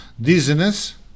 dizziness